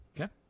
Okay